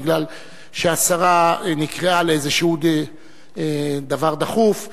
מפני שהשרה נקראה לאיזה דבר דחוף.